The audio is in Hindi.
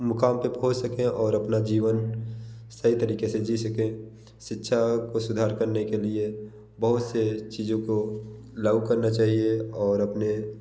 मुक़ाम पर पहुँच सकते हैं और अपना जीवन सही तरीक़े से जी सकते हैं शिक्षा को सुधार करने के लिए बहुत सी चीज़ों को लागू करना चाहिए और अपने